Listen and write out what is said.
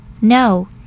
No